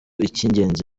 icy’ingenzi